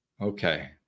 Okay